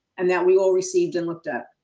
and that we all received and looked up.